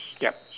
ya